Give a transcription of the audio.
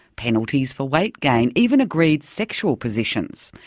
penalties for weight gain, even agreed sexual positions.